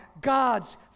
God's